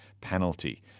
penalty